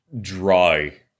dry